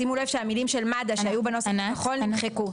שימו לב שמילים 'של מד"א' שהיו בנוסח הכחול נמחקו.